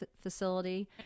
facility